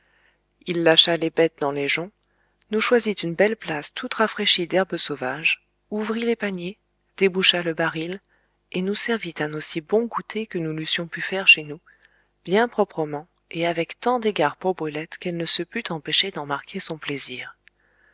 il lâcha les bêtes dans les joncs nous choisit une belle place toute rafraîchie d'herbes sauvages ouvrit les paniers déboucha le baril et nous servit un aussi bon goûter que nous l'eussions pu faire chez nous bien proprement et avec tant d'égards pour brulette qu'elle ne se put empêcher d'en marquer son plaisir